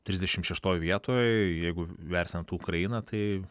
trisdešimt šeštoj vietoj jeigu vertinant ukrainą tai